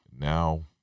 Now